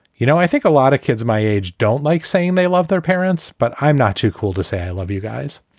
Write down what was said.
you know, i think a lot of kids my age don't like saying they love their parents, but i'm not too cool to say i love you guys.